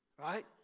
Right